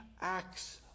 acts